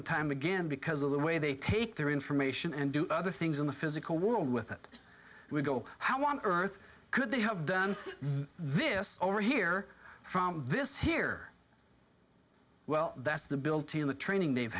and time again because of the way they take their information and do other things in the physical world with it we go how on earth could they have done this over here from this here well that's the built in the training they've